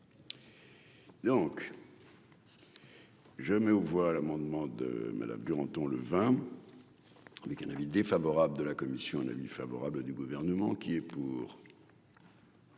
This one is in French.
Donc. Je mets aux voix l'amendement de Madame Duranton le vin avec un avis défavorable de la commission, un avis favorable du gouvernement qui est pour.